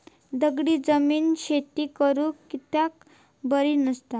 दगडी जमीन शेती करुक कित्याक बरी नसता?